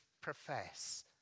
profess